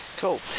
Cool